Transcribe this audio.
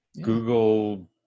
Google